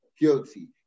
guilty